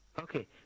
Okay